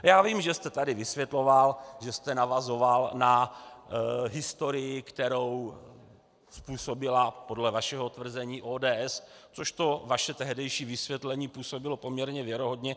Já vím, že jste tady vysvětloval, že jste navazoval na historii, kterou způsobila podle vašeho tvrzení ODS, což to vaše tehdejší vysvětlení působilo poměrně věrohodně.